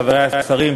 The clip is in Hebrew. חברי השרים,